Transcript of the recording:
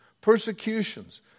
persecutions